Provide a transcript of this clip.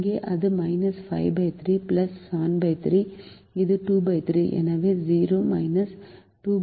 எனவே 0 23 23